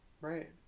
Right